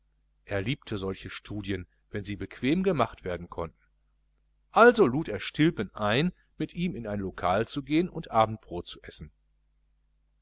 er liebte solche studien wenn sie bequem gemacht werden konnten also lud er stilpen ein mit ihm in ein lokal zu gehen und abendbrot zu essen